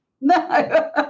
No